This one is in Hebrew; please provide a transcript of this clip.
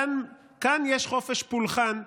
כאן יש חופש פולחן,